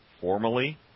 formally